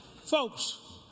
Folks